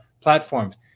platforms